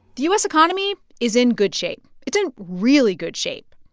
the u s. economy is in good shape. it's in really good shape.